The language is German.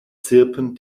zirpen